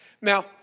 Now